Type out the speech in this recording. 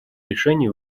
решений